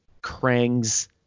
Krang's